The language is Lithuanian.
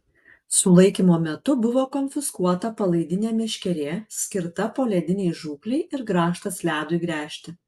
sulaikymo metu buvo konfiskuota palaidinė meškerė skirta poledinei žūklei ir grąžtas ledui gręžti